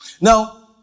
Now